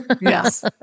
Yes